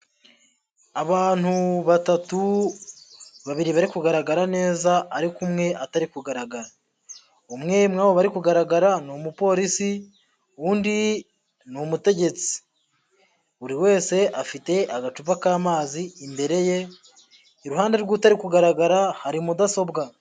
Abantu batatu babiri bari kugaragara neza, ariko umwe atari kugaragara. umwe muri abo bari kugaragara ni umupolisi, undi ni umutegetsi. Buri wese afite agacupa k'amazi imbere ye; iruhande rw'utari kugaragara hari mudasobwa.